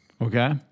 Okay